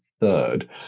third